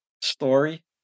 story